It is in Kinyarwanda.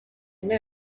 nta